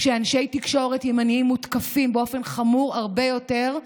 כשאנשי תקשורת ימנים מותקפים באופן חמור הרבה יותר,